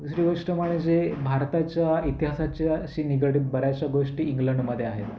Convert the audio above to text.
दुसरी गोष्ट म्हणजे भारताच्या इतिहासाच्या शी निगडीत बऱ्याचशा गोष्टी इंग्लंडमध्ये आहेत